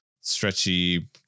stretchy